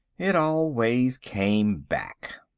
it always came back.